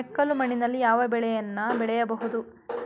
ಮೆಕ್ಕಲು ಮಣ್ಣಿನಲ್ಲಿ ಯಾವ ಬೆಳೆಯನ್ನು ಬೆಳೆಯಬಹುದು?